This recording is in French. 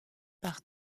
par